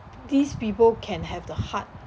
these people can have the heart